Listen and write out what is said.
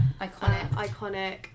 Iconic